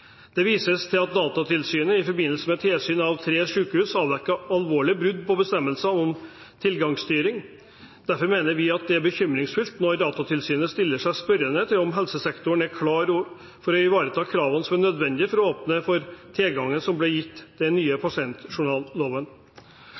Det vises til at Datatilsynet i forbindelse med tilsyn av tre sykehus avdekket alvorlige brudd på bestemmelser om tilgangsstyring. Venstre mener det er bekymringsfullt når Datatilsynet stiller seg spørrende til om helsesektoren er klar for å ivareta kravene som er nødvendige for å åpne for tilgangene som ble gitt